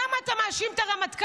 למה אתה מאשים את הרמטכ"ל?